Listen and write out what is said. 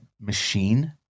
machine